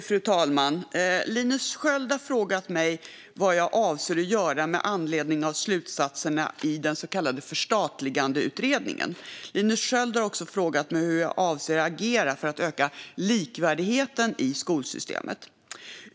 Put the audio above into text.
Fru talman! Linus Sköld har frågat mig vad jag avser att göra med anledning av slutsatserna i förstatligandeutredningen. Linus Sköld har också frågat mig hur jag avser att agera för att öka likvärdigheten i skolsystemet.